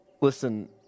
Listen